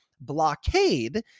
Blockade